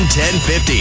1050